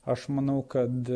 aš manau kad